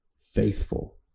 faithful